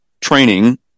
training